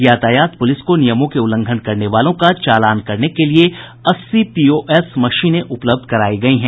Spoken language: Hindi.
यातायात पुलिस को नियमों के उल्लंघन करने वालों का चालान करने के लिये अस्सी पीओएस मशीनें उपलब्ध करायी गयी हैं